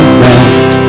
rest